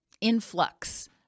influx